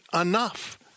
enough